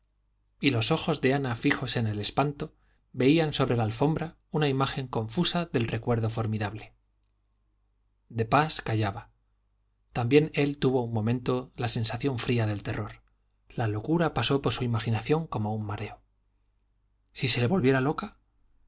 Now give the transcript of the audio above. y los ojos de ana fijos en el espanto veían sobre la alfombra una imagen confusa del recuerdo formidable de pas callaba también él tuvo un momento la sensación fría del terror la locura pasó por su imaginación como un mareo si se le volviera loca